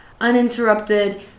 uninterrupted